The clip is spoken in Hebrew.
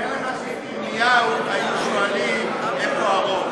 תאר לך שאת ירמיהו היו שואלים איפה הרוב,